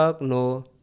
no